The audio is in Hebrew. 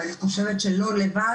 ואני חושבת שלא לבד,